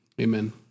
amen